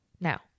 Now